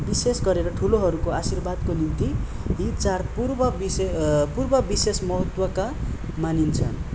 विशेष गरेर ठुलोहरूको आशिर्वादको निम्ति यी चाडपर्व विशेष पर्व विशेष महत्त्वका मानिन्छ